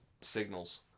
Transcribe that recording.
signals